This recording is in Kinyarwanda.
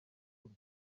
cumi